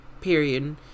period